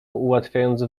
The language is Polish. ułatwiając